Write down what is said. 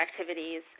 activities